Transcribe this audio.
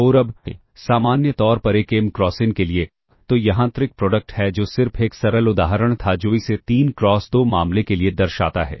और अब सामान्य तौर पर एक m क्रॉस n के लिए तो यह आंतरिक प्रोडक्ट है जो सिर्फ एक सरल उदाहरण था जो इसे 3 क्रॉस 2 मामले के लिए दर्शाता है